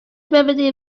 remedy